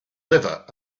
liver